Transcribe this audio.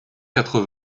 quatre